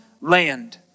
Land